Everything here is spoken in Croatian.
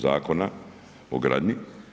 Zakona o gradnji.